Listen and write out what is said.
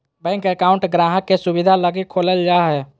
bank account गाहक़ के सुविधा लगी खोलल जा हय